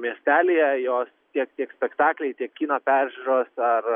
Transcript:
miestelyje jos tiek tiek spektakliai tiek kino peržiūros ar